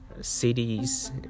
cities